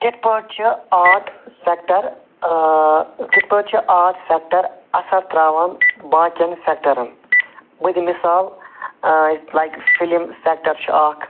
کِتھ پٲٹھۍ چھِ آرٹ سٮ۪کٹر کِتھ پٲٹھۍ چھِ آرٹ سٮ۪کٹر اثر تراوان باقین سٮ۪کٹرن بہٕ دِمہٕ مِثال لایِک فِلم سٮ۪کٹر چھُ اکھ